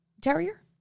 Terrier